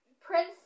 Prince